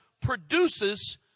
produces